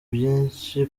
byinshi